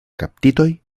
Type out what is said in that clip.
kaptitoj